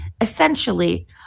essentially